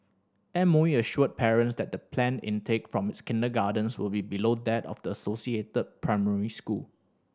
M O E assured parents that the planned intake from its kindergartens will be below that of the associated primary school